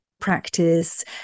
practice